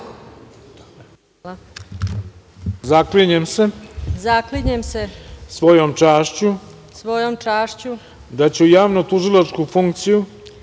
Hvala.